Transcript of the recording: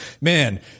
man